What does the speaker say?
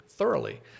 thoroughly